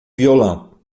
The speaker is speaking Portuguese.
violão